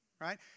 Right